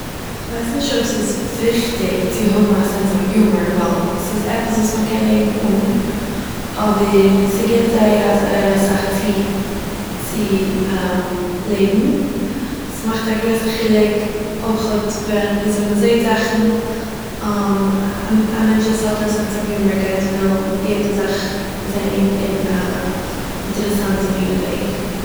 איך ווייס נישט אויב ס'איז וויכטיג צו האבן א סענס אוו יומאר, ווייל ס'איז עפעס וואס מ'קען לעבן אן. אבער, ס'גיט זייער זייער אסאך צו, צו לעבן, ס'מאכט א גרויסע חילוק אויכ'עט ווען- וויאזוי מ'זעהט זאכן א מענטש וואס האט א סענס אוו יומאר גייט וועלן זעהן יעדער זאך אין א אינטערעסאנטע מין וועג